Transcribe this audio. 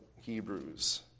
Hebrews